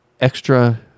extra